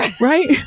right